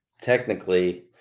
Technically